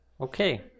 okay